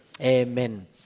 Amen